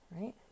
right